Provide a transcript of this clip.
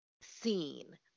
seen